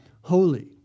holy